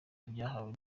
byahawe